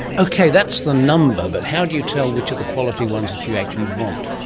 okay, that's the number, but how do you tell which are the quality ones that you actually want?